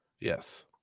Yes